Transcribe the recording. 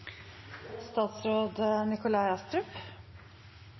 statsråd Astrup.